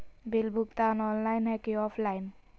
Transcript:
Bill भुगतान online है की ऑफलाइन?